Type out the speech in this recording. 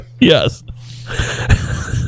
Yes